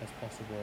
as possible